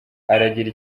aragira